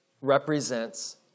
represents